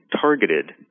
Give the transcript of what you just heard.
targeted